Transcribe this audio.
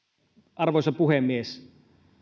arvoisa puhemies